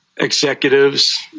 executives